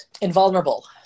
invulnerable